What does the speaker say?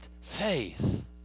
faith